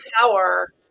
power